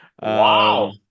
Wow